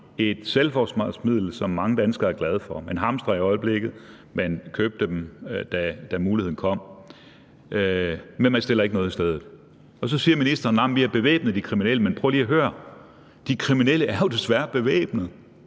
et selvforsvarsmiddel, som mange danskere er glade for – man hamstrer i øjeblikket, man købte dem, da muligheden kom – men regeringen stiller ikke noget i stedet. Og så siger ministeren: Jamen vi har bevæbnet de kriminelle. Men prøv lige at høre: De kriminelle er jo desværre bevæbnet.